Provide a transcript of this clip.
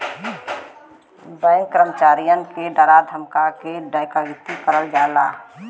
bank कर्मचारियन के डरा धमका के बैंक डकैती करल जाला